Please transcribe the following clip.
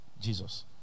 Jesus